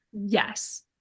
Yes